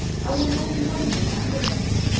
i was only one year younger than he